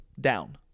down